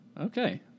Okay